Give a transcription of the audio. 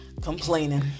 complaining